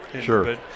Sure